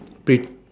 pick